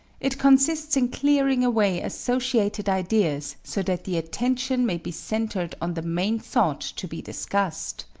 it consists in clearing away associated ideas so that the attention may be centered on the main thought to be discussed.